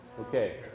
Okay